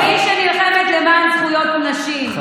זאת אני שנלחמת למען זכויות נשים,